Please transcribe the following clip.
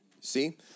See